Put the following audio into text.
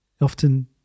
Often